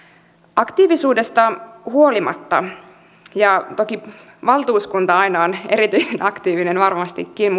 aktiivisuudesta huolimatta ja toki valtuuskunta aina on erityisen aktiivinen varmastikin